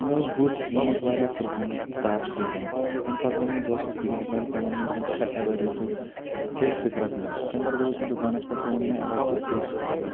مےٚ اوس بُتھ گوٚمُت واریاہ کِرٛہُن تاپھ سۭتۍ تَمہِ پتہٕ ووٚن مےٚ دوستَس بہٕ کیٛاہ کَرٕ تٔمۍ ووٚن مےٚ دوٚپُن ژٕ کَر اٮ۪وَرویتھُک فیس سٕکرَب یوٗز تٔمۍ پتہٕ گوس بہٕ دُکانَس پٮ۪ٹھ تہِ اوٚن مےٚ اٮ۪وَریتھُک فیس سٕکرِب